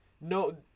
no